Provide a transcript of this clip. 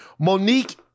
Monique